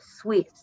Swiss